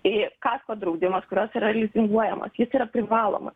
kasko draudimas kuris yra lizinguojamas jis yra privalomas